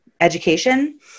education